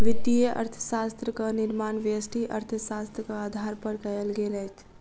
वित्तीय अर्थशास्त्रक निर्माण व्यष्टि अर्थशास्त्रक आधार पर कयल गेल अछि